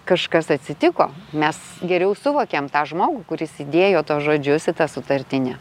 kažkas atsitiko mes geriau suvokėm tą žmogų kuris įdėjo tuos žodžius į tą sutartinę